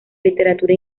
literatura